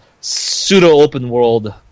pseudo-open-world